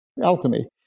alchemy